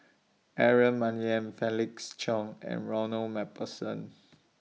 Aaron Maniam Felix Cheong and Ronald MacPherson